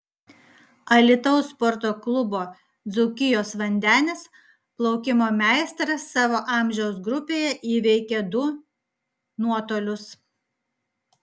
alytaus sporto klubo dzūkijos vandenis plaukimo meistras savo amžiaus grupėje įveikė du nuotolius